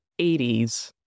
80s